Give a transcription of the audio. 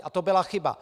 A to byla chyba.